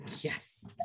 Yes